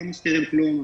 לא מסתירים כלום.